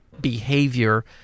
behavior